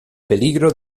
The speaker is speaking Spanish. peligro